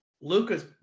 Luca's